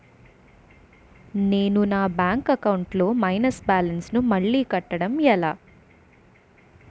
నేను నా bank account లొ మైనస్ బాలన్స్ ను మళ్ళీ కట్టడం ఎలా?